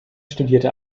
studierte